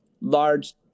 large